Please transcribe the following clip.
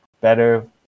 better